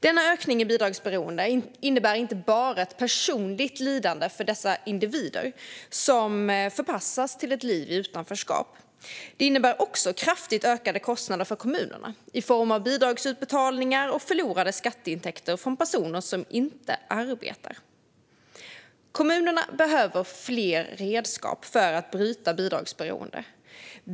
Denna ökning i bidragsberoende innebär inte bara ett personligt lidande för de individer som förpassas till ett liv i utanförskap; den innebär också kraftigt ökade kostnader för kommunerna i form av bidragsutbetalningar och förlorade skatteintäkter från personer som inte arbetar. Kommunerna behöver fler redskap för att bryta bidragsberoende.